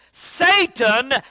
Satan